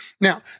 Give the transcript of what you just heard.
Now